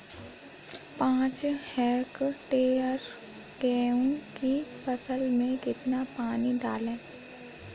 पाँच हेक्टेयर गेहूँ की फसल में कितना पानी डालें?